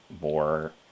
more